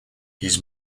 his